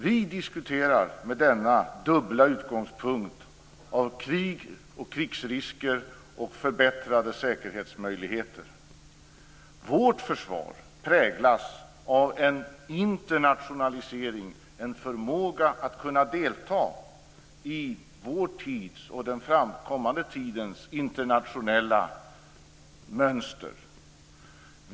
Vi diskuterar försvarspolitik i dag från denna dubbla utgångspunkt av krig och krigsrisker och förbättrade säkerhetsmöjligheter. Vårt försvar präglas av en internationalisering, en förmåga att delta i vår tids och den kommande tidens internationella mönster.